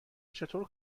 چطور